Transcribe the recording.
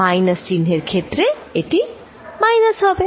minus চিহ্নের ক্ষেত্রে এটি মাইনাস হবে